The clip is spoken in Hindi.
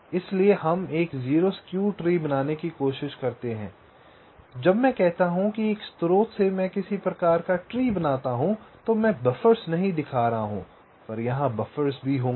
इसलिए हम एक 0 स्क्यू ट्री बनाने की कोशिश करते हैं जब मैं कहता हूं कि एक स्रोत से मैं किसी प्रकार का ट्री बनाता हूं तो मैं बफ़र्स नहीं दिखा रहा हूं यहां बफ़र्स भी होंगे